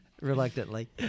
Reluctantly